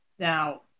Now